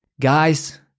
Guys